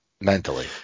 mentally